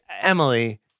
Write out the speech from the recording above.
Emily